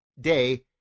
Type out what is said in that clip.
day